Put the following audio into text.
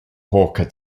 hawker